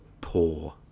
poor